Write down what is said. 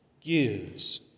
gives